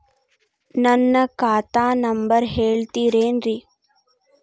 ನನ್ನ ಖಾತಾ ನಂಬರ್ ಹೇಳ್ತಿರೇನ್ರಿ?